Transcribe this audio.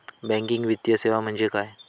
Banking वित्तीय सेवा म्हणजे काय?